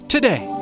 Today